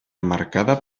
marcada